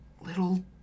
little